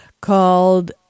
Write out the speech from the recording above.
called